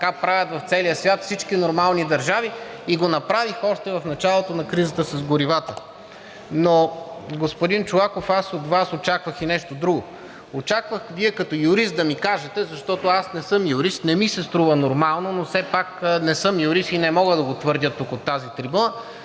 Така правят в целия свят всички нормални държави и го направиха още в началото на кризата с горивата. Господин Чолаков, аз от Вас очаквах и нещо друго – очаквах Вие като юрист да ми кажете, защото аз не съм юрист, не ми се струва нормално, но все пак не съм юрист и не мога да го твърдя тук от тази трибуна,